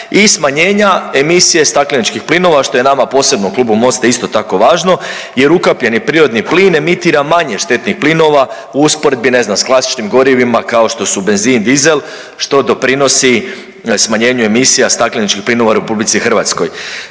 i smanjenja emisije stakleničkih plinova što je nama posebno u klubu MOST-a isto tako važno. Jer ukapljeni prirodni plin emitira manje štetnih plinova u usporedbi ne znam sa klasičnim gorivima kao što su benzin dizel što doprinosi smanjenju emisija stakleničkih plinova u Republici Hrvatskoj.